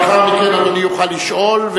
לאחר מכן אדוני יוכל לשאול,